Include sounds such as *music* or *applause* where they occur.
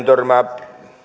*unintelligible* törmää